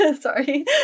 Sorry